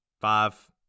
five